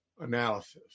analysis